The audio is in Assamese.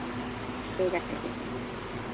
অঁ ঠিক আছে তেতিয়া